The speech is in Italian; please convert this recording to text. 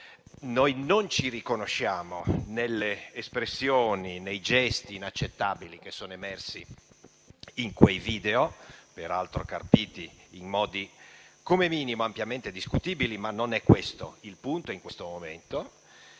Noi non ci riconosciamo nelle espressioni e nei gesti inaccettabili che sono emersi in quei video, peraltro carpiti in modi come minimo ampiamente discutibili, ma non è questo ora il punto.